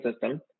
system